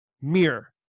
mirror